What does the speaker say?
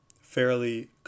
fairly